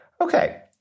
Okay